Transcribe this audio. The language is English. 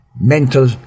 mental